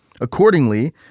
Accordingly